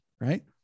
right